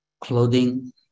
clothing